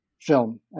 film